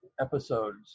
episodes